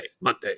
Monday